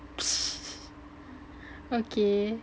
okay